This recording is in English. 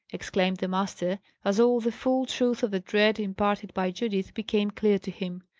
exclaimed the master, as all the full truth of the dread imparted by judith became clear to him.